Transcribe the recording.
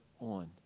on